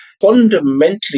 fundamentally